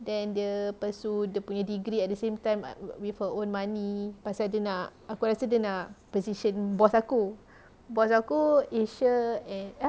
then dia pursue dia punya degree at the same time I with her own money pasal dia nak aku rasa dia nak position boss aku boss aku asia and ah